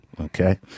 Okay